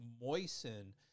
moisten